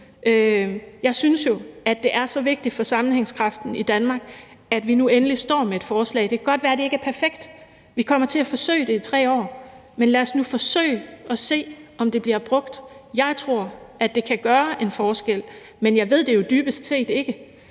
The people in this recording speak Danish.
Jeg synes jo, at det er så vigtigt for sammenhængskraften i Danmark, at vi nu endelig står med et forslag. Det kan godt være, at det ikke er perfekt, men vi kommer til at forsøge med det i 3 år. Lad os nu forsøge med det og se, om det bliver brugt. Jeg tror, at det kan gøre en forskel, men jeg ved det jo dybest set ikke.